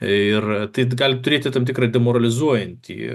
ir tai gali turėti tam tikrą demoralizuojantį